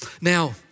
now